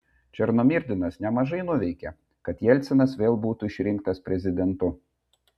černomyrdinas nemažai nuveikė kad jelcinas vėl būtų išrinktas prezidentu